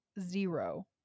zero